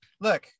Look